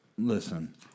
Listen